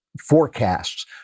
forecasts